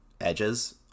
edges